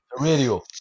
radio